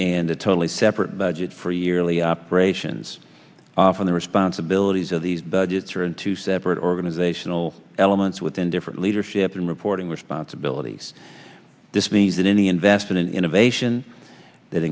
and a totally separate budget for yearly operations from the responsibilities of these budgets are in two separate organizational elements within different leadership and reporting responsibilities this means that any invested in innovation that